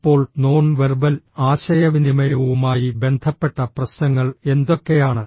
ഇപ്പോൾ non verbal ആശയവിനിമയവുമായി ബന്ധപ്പെട്ട പ്രശ്നങ്ങൾ എന്തൊക്കെയാണ്